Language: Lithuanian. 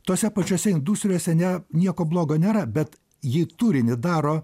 tose pačiose industrijose ne nieko blogo nėra bet ji turinį daro